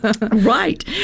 Right